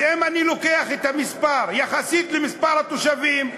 אז אם אני לוקח את המספר יחסית למספר התושבים,